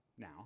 now